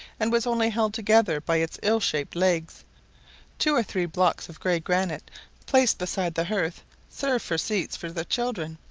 and was only held together by its ill-shaped legs two or three blocks of grey granite placed beside the hearth served for seats for the children,